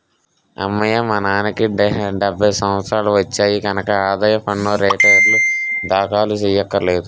అమ్మయ్యా మా నాన్నకి డెబ్భై సంవత్సరాలు వచ్చాయి కనక ఆదాయ పన్ను రేటర్నులు దాఖలు చెయ్యక్కర్లేదు